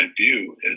view